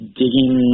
digging